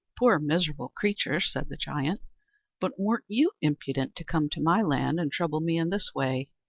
poor miserable creature! said the giant but weren't you impudent to come to my land and trouble me in this way?